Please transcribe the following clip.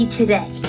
today